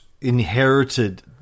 inherited